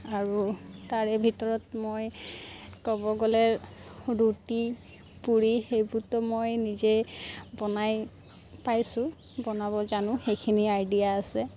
আৰু তাৰে ভিতৰত মই ক'ব গ'লে ৰুটি পুৰি সেইবোৰতো মই নিজেই বনাই পাইছোঁ বনাব জানো সেইখিনি আইডিয়া আছে